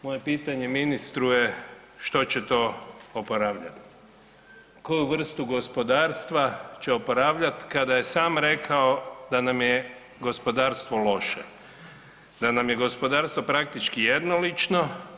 Moje pitanje ministru je što će to oporavljati, koju vrstu gospodarstva će oporavljati kada je sam rekao da nam je gospodarstvo loše, da nam je gospodarstvo praktički jednolično.